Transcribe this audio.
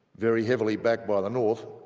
very heavily backed by the north,